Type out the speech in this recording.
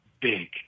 big